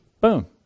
Boom